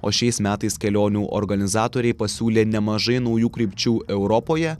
o šiais metais kelionių organizatoriai pasiūlė nemažai naujų krypčių europoje